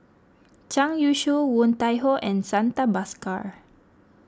Zhang Youshuo Woon Tai Ho and Santha Bhaskar